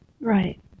Right